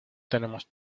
tenemos